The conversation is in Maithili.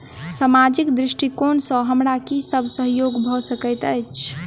सामाजिक दृष्टिकोण सँ हमरा की सब सहयोग भऽ सकैत अछि?